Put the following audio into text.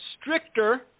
stricter